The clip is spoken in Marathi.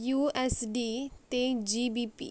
यु एस डी ते जी बी पी